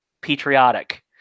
patriotic